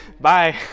bye